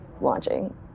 launching